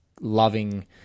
loving